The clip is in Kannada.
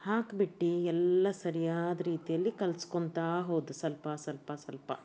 ಹಾಕ್ಬಿಟ್ಟು ಎಲ್ಲ ಸರಿಯಾದ ರೀತಿಯಲ್ಲಿ ಕಲಸ್ಕೊಳ್ತಾ ಹೋದ ಸ್ವಲ್ಪ ಸ್ವಲ್ಪ ಸ್ವಲ್ಪ